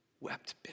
wept